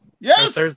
yes